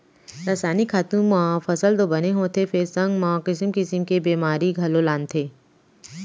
रसायनिक खातू म फसल तो बने होथे फेर संग म किसिम किसिम के बेमारी घलौ लानथे